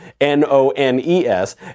N-O-N-E-S